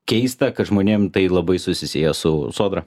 keista kad žmonėm tai labai susisieja su sodra